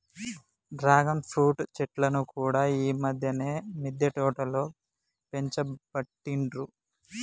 dragon fruit చెట్లను కూడా ఈ మధ్యన మిద్దె తోటలో పెంచబట్టిండ్రు